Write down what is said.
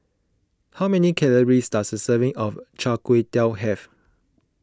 how many calories does a serving of Char Kway Teow have